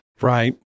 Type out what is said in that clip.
Right